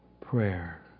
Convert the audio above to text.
prayer